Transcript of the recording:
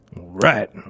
Right